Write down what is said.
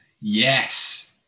yes